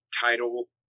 title